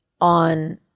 on